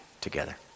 together